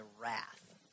wrath